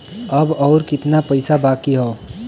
अब अउर कितना पईसा बाकी हव?